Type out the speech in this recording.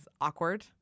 awkward